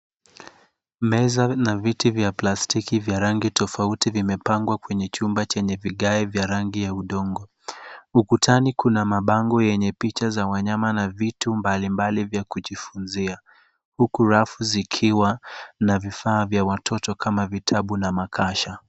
Meza na viti vya plastiki vya rangi tofauti vimepangwa kwenye chumba chenye vigae vya rangi ya udongo. Ukutani kuna mabango yenye picha za wanyama na vitu mbalimbali vya kujifunzia, huku rafu zikiwa na vifaa vya watoto kama vitabu na makasha.